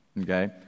Okay